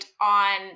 on